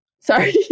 Sorry